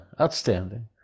outstanding